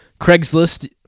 Craigslist